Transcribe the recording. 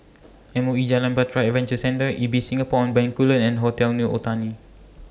M O E Jalan Bahtera Adventure Centre Ibis Singapore on Bencoolen and Hotel New Otani